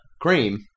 cream